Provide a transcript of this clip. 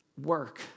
work